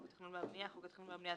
"חוק התכנון והבנייה" חוק התכנון והבנייה,